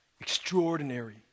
Extraordinary